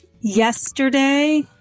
Yesterday